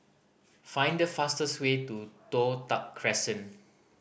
find the fastest way to Toh Tuck Crescent